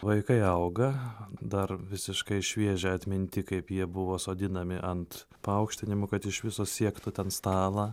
vaikai auga dar visiškai šviežia atminty kaip jie buvo sodinami ant paaukštinimo kad iš viso siektų ten stalą